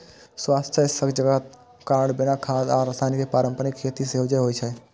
स्वास्थ्य सजगताक कारण बिना खाद आ रसायन के पारंपरिक खेती सेहो होइ छै